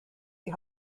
die